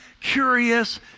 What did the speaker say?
curious